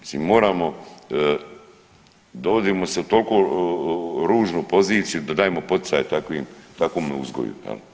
Mislim moramo, dovodimo se u toliko ružnu poziciju da dajemo poticaje takvome uzgoju.